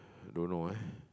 don't know eh